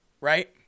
Right